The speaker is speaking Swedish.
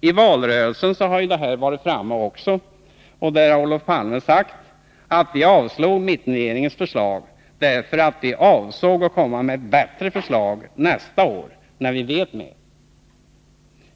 I valrörelsen har Olof Palme sagt: Vi avstyrkte mittenregeringens förslag, därför att vi avsåg att komma med ett bättre förslag nästa år, när vi vet mer.